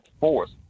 force